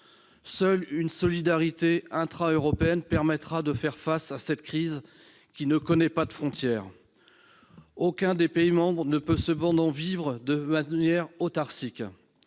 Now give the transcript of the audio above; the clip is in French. Seule une solidarité intra-européenne permettra de faire face à cette crise qui ne connaît pas de frontières. Aucun des pays membres de l'Union européenne ne peut cependant vivre de manière autarcique